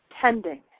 tending